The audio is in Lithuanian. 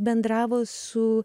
bendravo su